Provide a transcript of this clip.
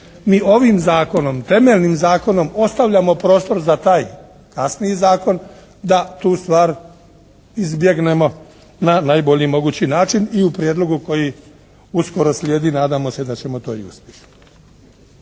mi ovim zakonom, temeljnim zakonom ostavljamo prostor za taj kasniji zakon da tu stvar izbjegnemo na najbolji mogući način. I u prijedlogu koji uskoro sljedi nadamo se da ćemo to i uspjeti.